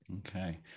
Okay